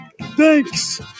Thanks